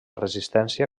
resistència